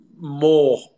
more